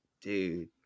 dude